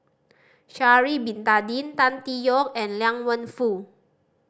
Sha'ari Bin Tadin Tan Tee Yoke and Liang Wenfu